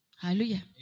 Hallelujah